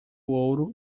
ouro